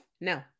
No